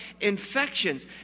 infections